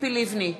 ציפי לבני,